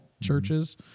churches